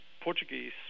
Portuguese